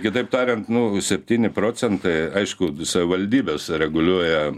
kitaip tariant nu septyni procentai aišku savivaldybės reguliuoja